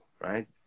right